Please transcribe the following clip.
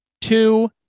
two